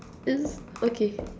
it's okay